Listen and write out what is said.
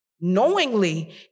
knowingly